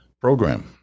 program